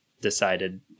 decided